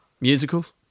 Musicals